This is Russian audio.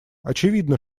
очевидно